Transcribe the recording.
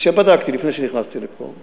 בדקתי אותו לפני שנכנסתי לפה,